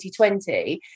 2020